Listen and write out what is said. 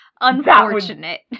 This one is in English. Unfortunate